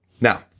Now